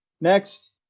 next